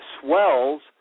swells